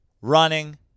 running